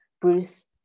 Bruce